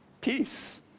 Peace